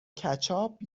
کچاپ